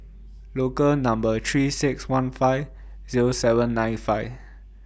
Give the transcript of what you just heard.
Local Number three six one five Zero seven nine five